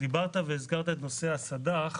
דיברת והזכרת את נושא הסד"ח,